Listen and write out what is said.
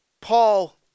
Paul